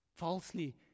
falsely